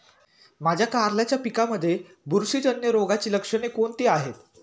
माझ्या कारल्याच्या पिकामध्ये बुरशीजन्य रोगाची लक्षणे कोणती आहेत?